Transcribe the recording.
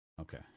Okay